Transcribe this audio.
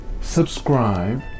subscribe